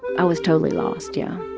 i was totally lost, yeah